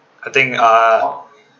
I think uh